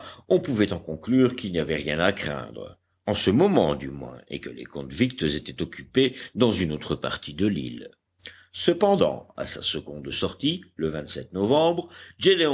on pouvait en conclure qu'il n'y avait rien à craindre en ce moment du moins et que les convicts étaient occupés dans une autre partie de l'île cependant à sa seconde sortie le novembre